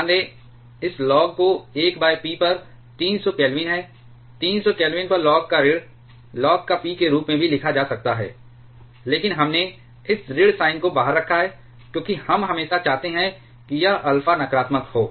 ध्यान दें इस लॉग को 1p पर 300 केल्विन है 300 केल्विन पर लॉग का ऋण लॉग का p के रूप में भी लिखा जा सकता है लेकिन हमने इस ऋण साइन को बाहर रखा है क्योंकि हम हमेशा चाहते हैं कि यह अल्फा नकारात्मक हो